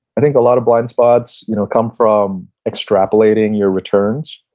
i think a lot of blind spots you know come from extrapolating your returns.